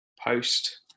post